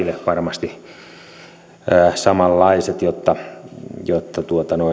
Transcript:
ymmärrettävät ja kaikille varmasti samanlaiset jotta jotta